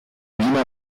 lima